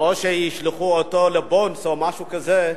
או שישלחו אותו ל"בונדס" או משהו כזה,